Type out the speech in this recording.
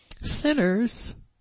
Sinners